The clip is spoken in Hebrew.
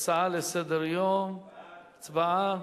הצעה לסדר-היום, הצבעה.